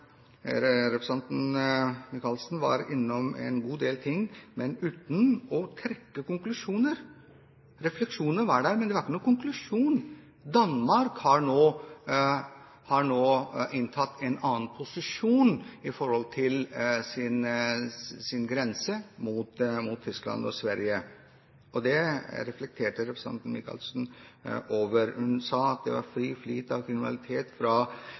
representanten Michaelsen var innom en god del ting, men uten å trekke konklusjoner. Refleksjonene var der, men det var ikke noen konklusjon. Danmark har nå inntatt en annen posisjon når det gjelder sin grense mot Tyskland og Sverige. Det reflekterte representanten Michaelsen over. Hun sa at det var fri flyt av kriminalitet fra